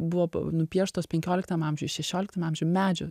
buvo nupieštos penkioliktam amžiuj šešioliktam amžiuj medžių